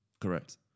Correct